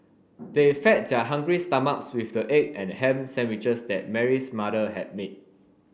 they fed their hungry stomachs with the egg and ham sandwiches that Mary's mother had made